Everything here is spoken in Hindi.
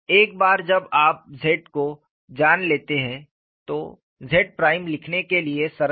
एक बार जब आप Z को जान लेते हैं तो Z प्राइम लिखने के लिए सरल है